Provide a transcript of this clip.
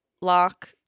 Lock